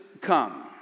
come